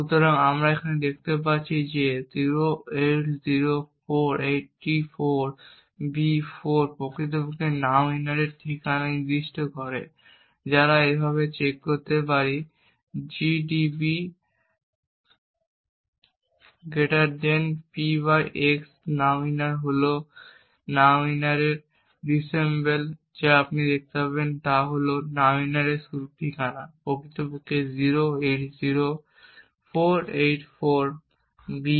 সুতরাং আমরা দেখতে পাচ্ছি যে 080484B4 প্রকৃতপক্ষে Nowinner এর ঠিকানা নির্দিষ্ট করে যাতে আমরা এভাবে চেক করতে পারি gdb px nowinner হল nowinner এর disassemble এবং আপনি যা দেখতে পাবেন তা হল nowinner এর শুরুর ঠিকানা প্রকৃতপক্ষে 080484B4